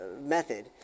method